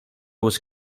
was